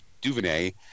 DuVernay